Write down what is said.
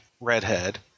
redhead